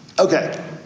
Okay